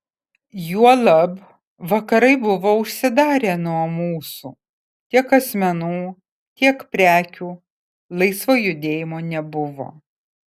juolab vakarai buvo užsidarę nuo mūsų tiek asmenų tiek prekių laisvo judėjimo nebuvo